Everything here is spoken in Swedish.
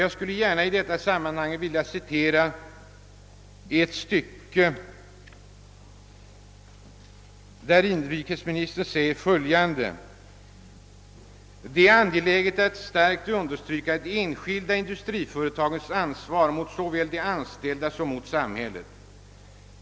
Jag skulle i detta sammanhang gärna vilja citera det stycke i interpellationssvaret där inrikesministern säger följande: Samtidigt är det angeläget att starkt understryka de enskilda industriföretagens ansvar mot såväl de anställda som samhället.